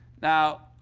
now,